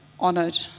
honoured